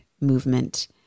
movement